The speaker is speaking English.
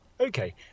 Okay